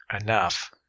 enough